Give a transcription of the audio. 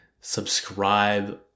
subscribe